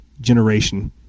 generation